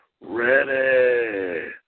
ready